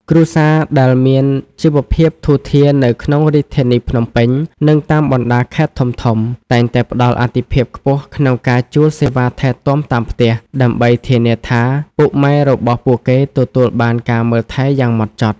គ្រួសារដែលមានជីវភាពធូរធារនៅក្នុងរាជធានីភ្នំពេញ និងតាមបណ្ដាខេត្តធំៗ តែងតែផ្ដល់អាទិភាពខ្ពស់ក្នុងការជួលសេវាថែទាំតាមផ្ទះ ដើម្បីធានាថាពុកម៉ែរបស់ពួកគេទទួលបានការមើលថែយ៉ាងហ្មត់ចត់។